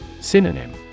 Synonym